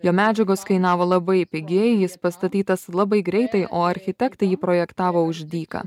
jo medžiagos kainavo labai pigiai jis pastatytas labai greitai o architektai jį projektavo už dyką